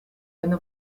eine